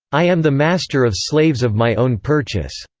i am the master of slaves of my own purchase.